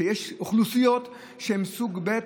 יש אוכלוסיות שהן סוג ב',